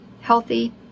healthy